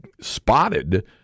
spotted